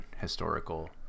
historical